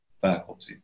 faculty